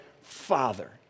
Father